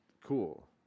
Cool